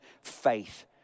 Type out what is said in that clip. faith